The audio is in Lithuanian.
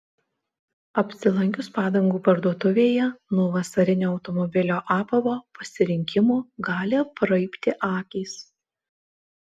apsilankius padangų parduotuvėje nuo vasarinio automobilio apavo pasirinkimo gali apraibti akys